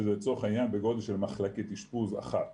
שהוא לצורך העניין בגודל של מחלקת אשפוז אחת